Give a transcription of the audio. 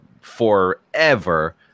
forever